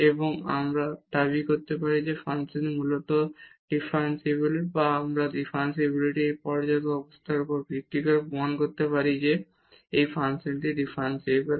এবং তারপর আমরা দাবি করতে পারি যে ফাংশনটি মূলত ডিফারেনশিবল বা আমরা ডিফারেনশিবিলিটির এই পর্যাপ্ত অবস্থার উপর ভিত্তি করে প্রমাণ করতে পারি যে এই ফাংশনটি ডিফারেনশিবল